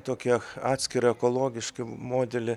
tokie atskirą ekologišką modelį